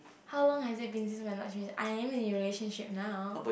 how long has it been since my last res~ I am in a relationship now